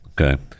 Okay